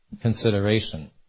consideration